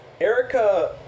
Erica